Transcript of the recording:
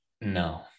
no